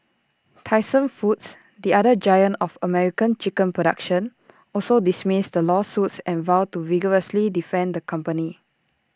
Tyson foods the other giant of American chicken production also dismissed the lawsuits and vowed to vigorously defend the company